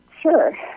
Sure